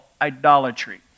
idolatry